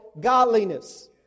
godliness